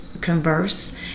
converse